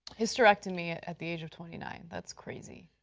hysterectomy at at the age of twenty nine, that's crazy.